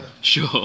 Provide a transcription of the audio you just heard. sure